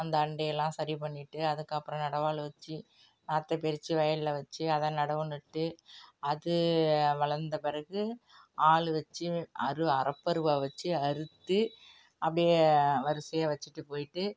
அந்த அண்டையெல்லாம் சரி பண்ணிவிட்டு அதுக்கு அப்புறம் நடவாள் வச்சு நாற்றை பிரித்து வயலில் வச்சு அதை நடவு நட்டு அது வளர்ந்த பிறகு ஆள் வச்சு அறு அறுப்பருவா வச்சு அறுத்து அப்படியே வரிசையா வச்சுட்டு போய்விட்டு